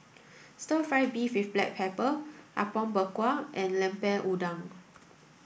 stir fry beef with black pepper Apom Berkuah and Lemper Udang